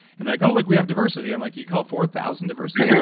and like oh, look. we have diversity. i'm like, you call four thousand diversity?